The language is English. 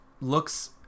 looks